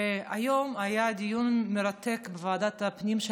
היום היה דיון מרתק בוועדת הפנים של